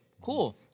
Cool